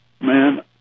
Man